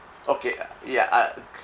okay uh ya uh